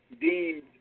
deemed